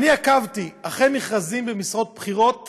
עקבתי אחרי מכרזים במשרות בכירות